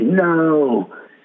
no